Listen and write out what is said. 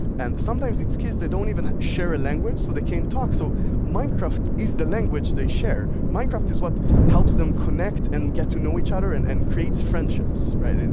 and sometimes, these kids, they don't even share a language so they can't talk. so minecraft is the language they share. minecraft is what helps them connect and get to know each other. and it and creates friendships, right?